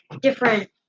different